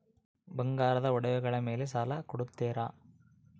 ಬಂಗಾರದ ಒಡವೆಗಳ ಮೇಲೆ ಸಾಲ ಕೊಡುತ್ತೇರಾ?